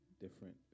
different